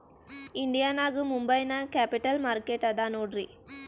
India ನಾಗ್ ಮುಂಬೈ ನಾಗ್ capital market ಅದಾ ನೋಡ್ರಿ